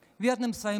ומתרגמת:)